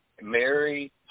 Mary